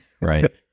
Right